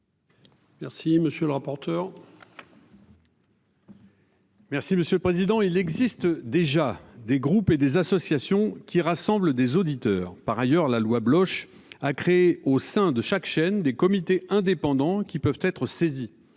Merci monsieur le rapporteur. Merci monsieur le président. Il existe déjà des groupes et des associations qui rassemble des auditeurs. Par ailleurs, la loi Bloche a créé au sein de chaque chaîne des comités indépendants qui peuvent être.